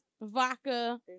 vodka